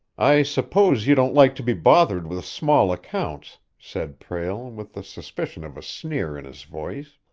i suppose you don't like to be bothered with small accounts, said prale, with the suspicion of a sneer in his voice.